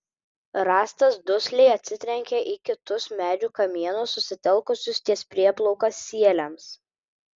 rąstas dusliai atsitrenkė į kitus medžių kamienus susitelkusius ties prieplauka sieliams